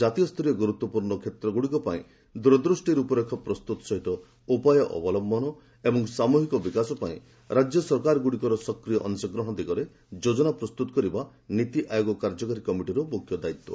କାତୀୟ ସ୍ତରୀୟ ଗୁରୁତ୍ୱପୂର୍ଣ୍ଣ କ୍ଷେତ୍ରଗୁଡ଼ିକ ପାଇଁ ଦୂରଦୃଷ୍ଟି ରୂପରେଖ ପ୍ରସ୍ତୁତ ସହିତ ଉପାୟ ଅବଲମ୍ଭନ ଏବଂ ସାମୁହିକ ବିକାଶ ପାଇଁ ରାଜ୍ୟଗୁଡ଼ିକର ସକ୍ରିୟ ଅଂଶଗ୍ରହଣ ଦିଗରେ ଯୋଜନା ପ୍ରସ୍ତୁତ କରିବା ନିତି ଆୟୋଗ କାର୍ଯ୍ୟକାରି କମିଟିର ମୁଖ୍ୟ ଦାୟିତ୍ୱ